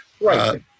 Right